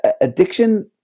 addiction